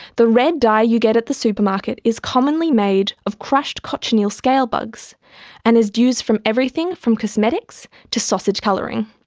the red dye you get at the supermarket is commonly made of crushed cochineal scale bugs and is used from everything from cosmetics to sausage colouring.